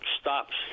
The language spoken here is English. stops